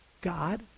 God